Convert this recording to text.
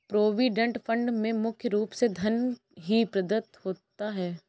provident fund में मुख्य रूप से धन ही प्रदत्त होता है